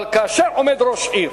אבל כאשר עומד ראש עיר,